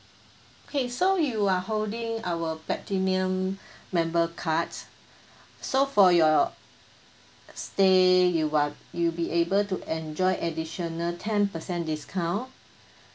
okay so you are holding our platinum member cards so for your stay you are you'll be able to enjoy additional ten percent discount